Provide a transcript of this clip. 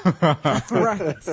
Right